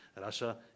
Russia